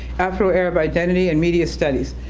afro arab identity, and media studies,